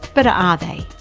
but are they?